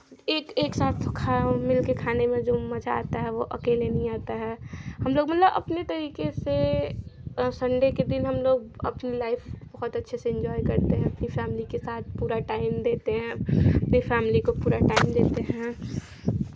एक एक साथ मिल के जो खाने में जो मज़ा आता है वो अकेले नहीं आता है हमलोग मतलब अपने तरीके से संडे के दिन हमलोग अपनी लाईफ बहुत अच्छे से एंजॉय करते हैं अपनी फैमिली के साथ पूरा टाइम देते हैं अपनी फैमिली को पूरा टाइम देते हैं